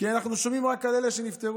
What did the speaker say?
כי אנחנו שומעים רק על כאלה שנפטרו.